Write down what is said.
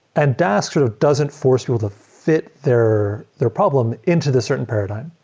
and dask sort of doesn't force people to fit their their problem into the certain paradigm.